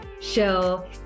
show